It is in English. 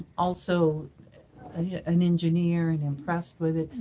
also ah yeah an engineer and impressed with it,